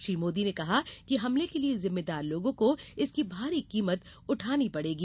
श्री मोदी ने कहा कि हमले के लिए जिर्म्मेदार लोगों को इसकी भारी कीमत चुकानी पड़ेगी